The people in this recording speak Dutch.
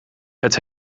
het